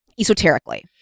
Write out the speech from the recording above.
esoterically